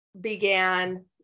began